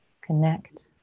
Connect